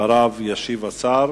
אחריו ישיב השר.